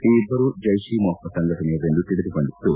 ಈ ಇಬ್ಬರು ಜೈತ್ ಇ ಮೊಹ್ನದ್ ಸಂಘಟನೆಯವರೆಂದು ತಿಳಿದು ಬಂದಿದ್ದು